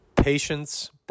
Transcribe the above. Patience